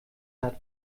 hat